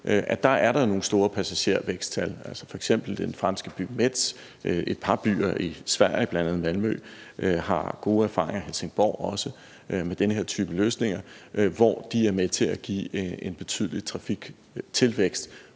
skyld, er der nogle store passagerervæksttal. F.eks. den franske by Metz og et par byer i Sverige, bl.a. Malmø og Helsingborg, har gode erfaringer med den her type løsninger, som er med til at give en betydelig passagertilvækst.